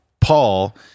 Paul